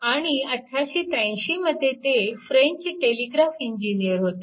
आणि 1883 मध्ये ते फ्रेंच टेलिग्राफ इंजिनिअर होते